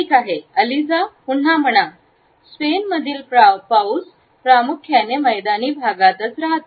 ठीक आहे अलीझा पुन्हा म्हणा स्पेनमधील पाऊस प्रामुख्याने मैदानी भागातच रहातो